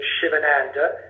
Shivananda